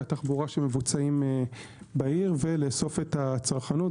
התחבורה שמבוצעים בעיר ולאסוף את הצרכנות.